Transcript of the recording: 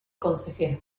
consejero